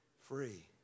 free